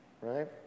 right